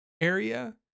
area